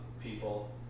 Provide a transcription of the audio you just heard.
people